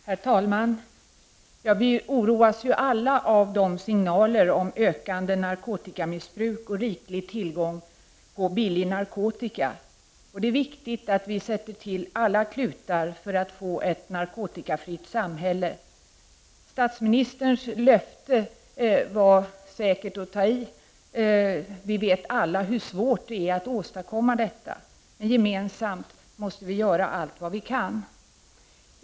Herr talman! Vi oroas alla av signaler om ökande narkotikamissbruk och riklig tillgång på billig narkotika. Det är viktigt att vi sätter till alla klutar för att få ett narkotikafritt samhälle. Statsministerns löfte var säkert att ta i. Vi vet alla hur svårt det är att åstadkomma detta. Vi måste dock gemensamt göra allt vad vi kan.